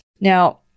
Now